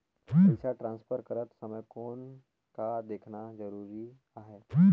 पइसा ट्रांसफर करत समय कौन का देखना ज़रूरी आहे?